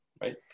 right